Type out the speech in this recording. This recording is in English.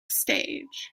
stage